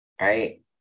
right